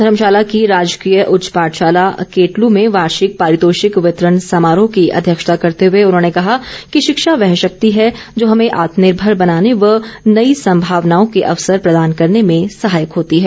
धर्मशाला की राजकीय उच्च पाठशाला केटलु में वार्षिक पारितोषिक वितरण समारोह की अध्यक्षता करते हुए उन्होंने कहा कि शिक्षा वह शक्ति है जो हमें आत्मनिर्भर बनाने व नई संभावनाओं के अवसर प्रदान करने में सहायक होती है